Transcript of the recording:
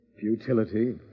Futility